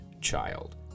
child